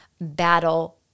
battle